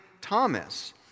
Thomas